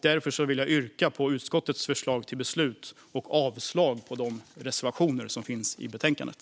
Därför yrkar jag bifall till utskottets förslag till beslut och avslag på de reservationer som finns i betänkandet.